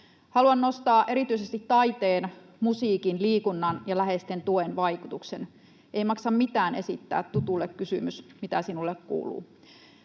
Haluan nostaa erityisesti taiteen, musiikin, liikunnan ja läheisten tuen vaikutuksen. Ei maksa mitään esittää tutulle kysymys: mitä sinulle kuuluu?